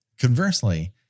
Conversely